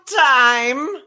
time